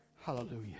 Hallelujah